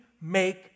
make